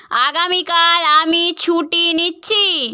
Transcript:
আগামীকাল আমি ছুটি নিচ্ছি